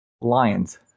Lions